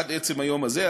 עד עצם היום הזה,